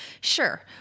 Sure